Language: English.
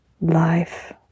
Life